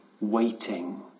waiting